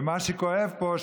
ומה שכואב פה,